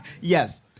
Yes